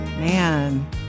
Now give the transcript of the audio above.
Man